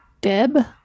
Deb